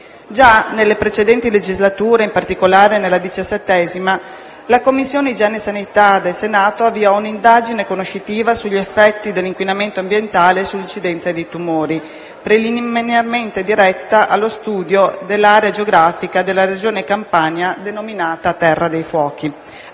Già nelle precedenti legislature e in particolare nella XVII la Commissione igiene e sanità del Senato ha avviato un'indagine conoscitiva sugli effetti dell'inquinamento ambientale sull'incidenza dei tumori, preliminarmente diretta allo studio dell'area geografica della Regione Campania, denominata Terra dei fuochi.